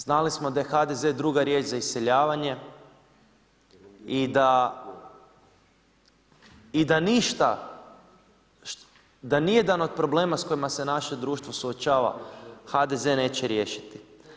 Znali smo da je HDZ druga riječ za iseljavanje i da ništa, da ni jedan od problema sa kojima se naše društvo suočava HDZ neće riješiti.